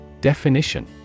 Definition